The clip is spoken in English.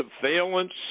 surveillance